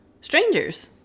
strangers